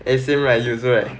it's a rare user eh